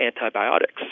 antibiotics